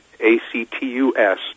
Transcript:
A-C-T-U-S